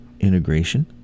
integration